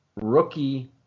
rookie